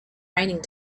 raining